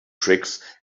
tricks